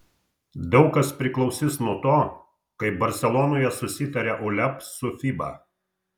daug kas priklausys nuo to kaip barselonoje susitarė uleb su fiba